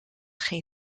geen